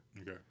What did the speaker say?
Okay